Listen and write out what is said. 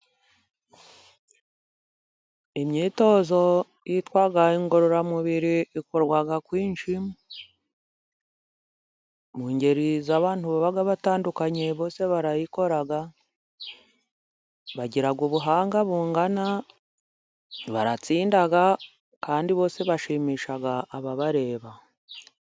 Imyitozo yitwa ingororamubiri ikorwa kwinshi, mungeri z'abantu baba batandukanye barayikora, bagira ubuhanga bungana baratsinda kandi bose bashimisha ababareba.